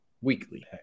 weekly